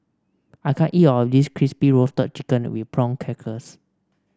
I can't eat all of this Crispy Roasted Chicken with Prawn Crackers